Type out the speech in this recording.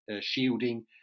shielding